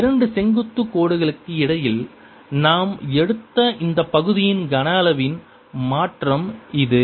இரண்டு செங்குத்து கோடுகளுக்கு இடையில் நாம் எடுத்த இந்த பகுதியின் கன அளவின் மாற்றம் இது